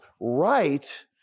right